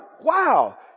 wow